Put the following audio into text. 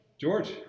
george